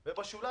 ניר, בבקשה.